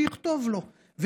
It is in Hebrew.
שיכתוב לו,